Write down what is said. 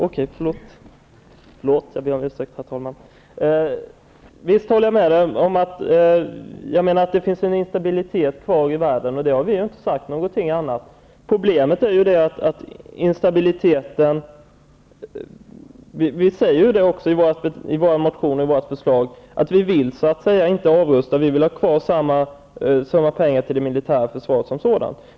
Herr talman! Det är fint det, Henrik Landerholm. I grunden håller vi med varandra. Jag håller med om att det finns en instabilitet i världen, och vi har inte sagt någonting annat. Instabiliteten är ett problem. Vi säger också i våra motioner och förslag att vi inte vill avrusta, utan vi vill ha kvar samma summa pengar till det militära försvaret som sådant.